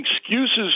excuses